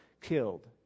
killed